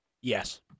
Yes